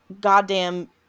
goddamn